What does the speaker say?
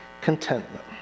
contentment